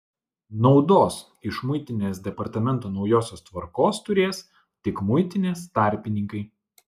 naudos iš muitinės departamento naujosios tvarkos turės tik muitinės tarpininkai